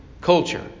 culture